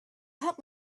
help